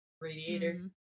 radiator